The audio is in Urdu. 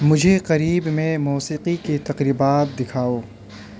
مجھے قریب میں موسیقی کی تقریبات دکھاؤ